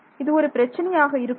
இது ஒரு பிரச்சினை ஆக இருக்குமா